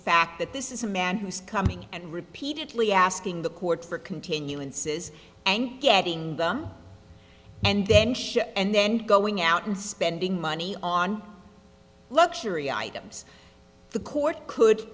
fact that this is a man who's coming and repeatedly asking the court for continuances and getting done and then shipped and then going out and spending money on luxury items the court could